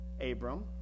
Abram